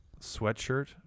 sweatshirt